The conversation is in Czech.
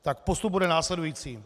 Tak postup bude následující.